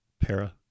para